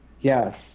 yes